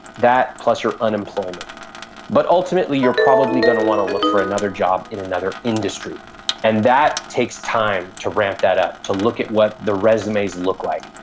that plus your unemployment but ultimately, you're probably gonna wanna look for another job in another industry and that takes time to ramp that up, to look at what the resumes look like.